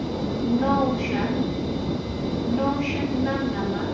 نَو شیٚتھ نَو شیٚتھ نَمنَمَتھ